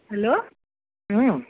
hello